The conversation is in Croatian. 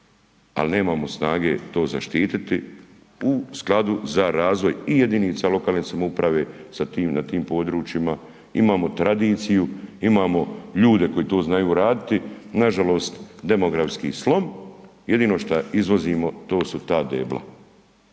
al nemamo snage to zaštititi u skladu za razvoj i jedinica lokalne samouprave sa tim, na tim područjima, imamo tradiciju, imamo ljude koji to znaju raditi, nažalost demografski slom, jedino šta izvozimo to su ta debla,